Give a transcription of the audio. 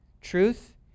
Truth